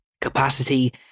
capacity